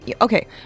Okay